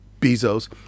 Bezos